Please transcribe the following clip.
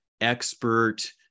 expert